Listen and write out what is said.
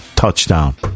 Touchdown